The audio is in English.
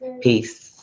Peace